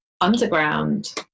underground